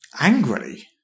Angrily